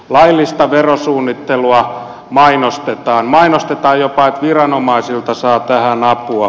laillista verosuunnittelua mainostetaan mainostetaan jopa että viranomaisilta saa tähän apua